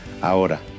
Ahora